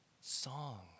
song